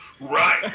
Right